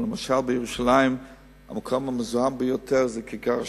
למשל בירושלים המקום המזוהם ביותר זה כיכר השבת.